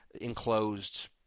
enclosed